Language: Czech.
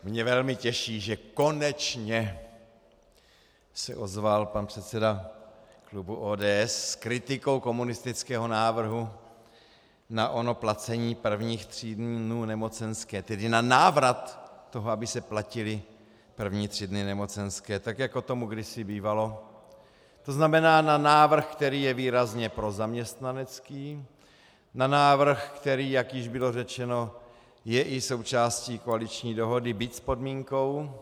Mě velmi těší, že konečně se ozval pan předseda klubu ODS s kritikou komunistického návrhu na ono placení prvních tří dnů nemocenské, tedy na návrat toho, aby se platily první tři dny nemocenské, tak jako tomu kdysi bývalo, to znamená na návrh, který je výrazně prozaměstnanecký, na návrh, který, jak již bylo řečeno, je i součástí koaliční dohody, byť s podmínkou.